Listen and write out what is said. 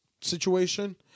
situation